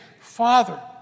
Father